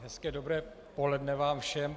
Hezké dobré poledne vám všem.